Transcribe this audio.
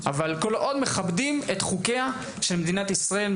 כל עוד מכבדים את קיומה של מדינת ישראל,